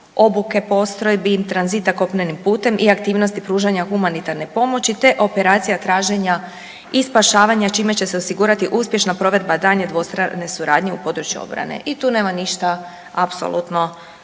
obuke postrojbi, tranzita kopnenim putem i aktivnosti pružanja humanitarne pomoći, te operacija traženja i spašavanja čime će se osigurati uspješna provedba daljnje dvostrane suradnje u području obrane. I tu nema ništa apsolutno